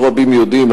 לא רבים יודעים,